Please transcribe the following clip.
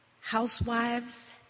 housewives